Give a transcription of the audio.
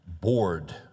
Bored